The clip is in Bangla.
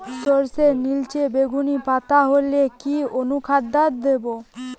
সরর্ষের নিলচে বেগুনি পাতা হলে কি অনুখাদ্য দেবো?